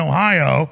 Ohio